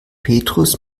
petrus